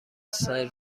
سرو